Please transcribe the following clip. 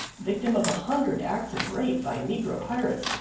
victim of a hundred acts of rape by negro pirates,